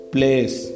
Place